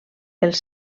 els